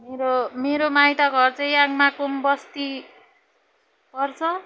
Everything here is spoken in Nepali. मेरो मेरो माइतघर चाहिँ याङ्माकुम बस्ती पर्छ